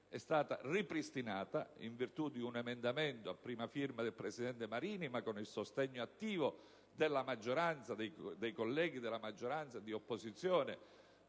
è stata ripristinata in virtù di un emendamento a prima firma del presidente Marini, ma con il sostegno attivo di tutti i colleghi abruzzesi, di maggioranza e di opposizione.